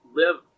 live